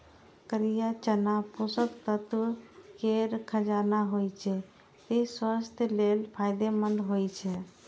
करिया चना पोषक तत्व केर खजाना होइ छै, तें स्वास्थ्य लेल फायदेमंद होइ छै